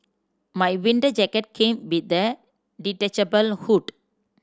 my winter jacket came with a detachable hood